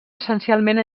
essencialment